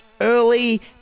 early